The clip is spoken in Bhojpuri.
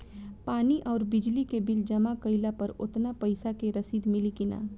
पानी आउरबिजली के बिल जमा कईला पर उतना पईसा के रसिद मिली की न?